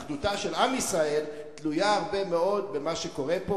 אחדותו של עם ישראל תלויה הרבה מאוד במה שקורה פה,